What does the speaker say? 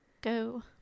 go